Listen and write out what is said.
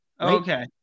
Okay